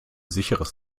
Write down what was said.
sicheres